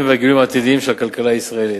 והגילויים העתידיים על הכלכלה הישראלית.